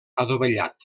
adovellat